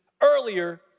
earlier